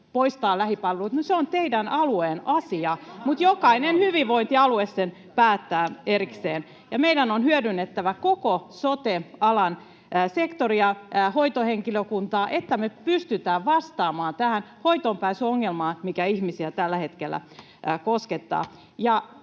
poistaa lähipalvelut, niin se on teidän alueenne asia. Mutta jokainen hyvinvointialue sen päättää erikseen. Ja meidän on hyödynnettävä koko sote-alan sektoria, hoitohenkilökuntaa, että me pystytään vastaamaan tähän hoitoonpääsyongelmaan, mikä ihmisiä tällä hetkellä koskettaa.